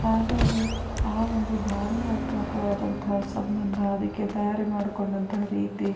ಹಾಗಾಗಿ ಆ ಒಂದು ಭಾವನಾತ್ಮಕವಾದಂತಹ ಸಂಬಂಧ ಅದಕ್ಕೆ ತಯಾರಿ ಮಾಡಿಕೊಂಡಂತಹ ರೀತಿ